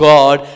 God